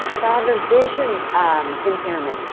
if i have a vision um impairment,